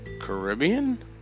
Caribbean